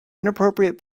inappropriate